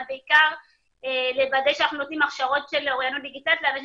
אבל בעיקר לוודא שאנחנו נותנים הכשרות של אוריינות דיגיטלית לאנשים